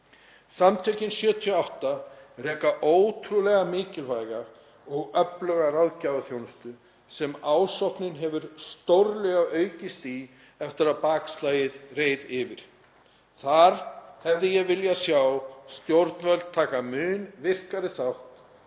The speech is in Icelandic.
Samtökin '78 reka ótrúlega mikilvæga og öfluga ráðgjafarþjónustu sem ásóknin hefur stórlega aukist í eftir að bakslagið reið yfir. Þar hefði ég viljað sjá stjórnvöld taka mun virkari þátt.